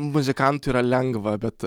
muzikantui yra lengva bet